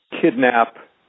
kidnap